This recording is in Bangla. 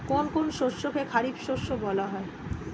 কোন কোন শস্যকে খারিফ শস্য বলা হয়?